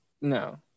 No